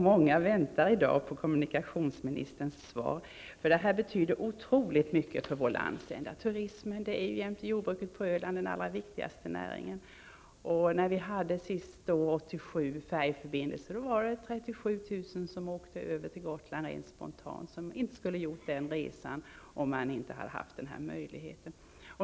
Många väntar i dag på kommunikationsministerns svar, då det här betyder otroligt mycket för vår landsända. Turismen är jämte jordbruket den allra viktigaste näringen på Öland. När Öland senast hade färjeförbindelse med Gotland, dvs. 1987, åkte 37 000 människor helt spontant över till Gotland, och de skulle inte ha gjort den resan om de inte haft den här möjligheten.